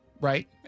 right